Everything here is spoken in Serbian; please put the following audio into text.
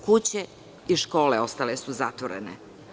Kuće i škole ostale su zatvorene.